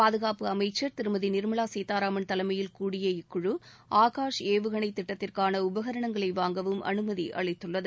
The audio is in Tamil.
பாதுகாப்பு அமைச்சர் திருமதி நிர்மலா சீத்தாராமன் தலைமையில் கூடிய இக்குழு ஆகாஷ் ஏவுகணைத்திட்டத்திற்கான உபகரணங்களை வாங்கவும் அனுமதி அளித்துள்ளது